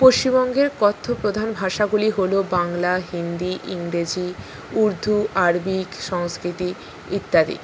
পশ্চিমবঙ্গের কথ্য প্রধান ভাষাগুলি হল বাংলা হিন্দি ইংরেজি উর্দু আরবি সংস্কৃত ইত্যাদি